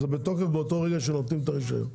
שזה בתוקף באותו רגע שנותנים את הרישיון.